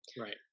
Right